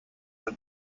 the